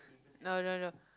no no no